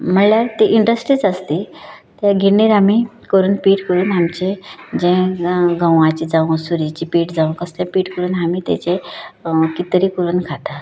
म्हणल्यार इंड्रस्ट्रीज आसा ती त्या गिण्णीर आमी करून पीट करून आमचें जें गंवाचें जावूं सुरीचें पीट जावूं कसलें पीट करून आमी तेजें किदें तरी करून खाता